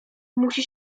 musi